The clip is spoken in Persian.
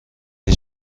این